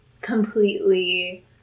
completely